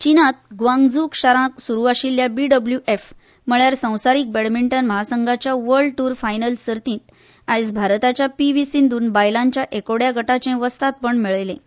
चीनांत ग्वाग्झू शारांत सुरू आशिल्ल्या बीडब्ल्यूएफ म्हणल्यार संवसारीक बॅडमिंटन म्हासंघाच्या वर्ल्ड टूर फायनल सर्तींत आयज भारताच्या पी व्ही सिंधून बायलांच्या एकोड्या गटाचें वस्तादपण मेळयलें